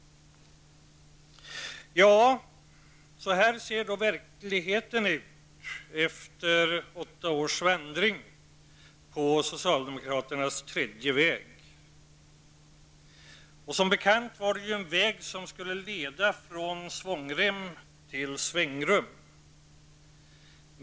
Så här ser verkligheten ut efter åtta års vandring på socialdemokraternas tredje väg. Som bekant var det en väg som skulle leda från svångrem till svängrum.